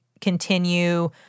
continue